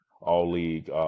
all-league